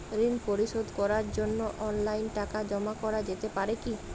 ঋন পরিশোধ করার জন্য অনলাইন টাকা জমা করা যেতে পারে কি?